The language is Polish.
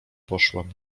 poszłam